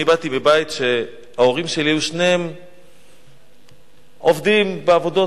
אני באתי מבית ששני ההורים שלי היו עובדים בעבודות,